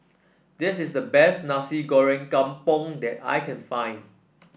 this is the best Nasi Goreng Kampung that I can find